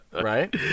right